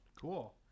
Cool